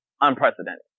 unprecedented